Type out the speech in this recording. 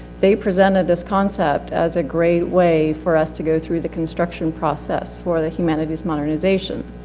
they presented this concept as a great way for us to go through the construction process for the humanities modernization.